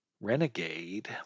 Renegade